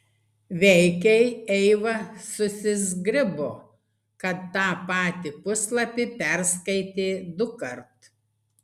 veikiai eiva susizgribo kad tą patį puslapį perskaitė dukart